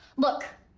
look.